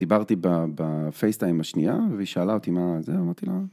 דיברתי בפייסטיים עם השנייה והיא שאלה אותי מה זה, אמרתי לה,